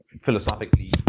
philosophically